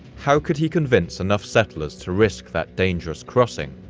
how could he convince enough settlers to risk that dangerous crossing,